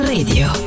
Radio